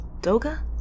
Doga